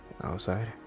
Outside